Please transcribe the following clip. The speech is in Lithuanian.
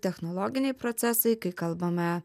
technologiniai procesai kai kalbame